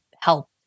help